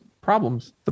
problems